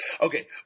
Okay